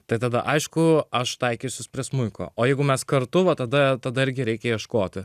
tai tada aišku aš taikysis prie smuiko o jeigu mes kartu va tada tada irgi reikia ieškoti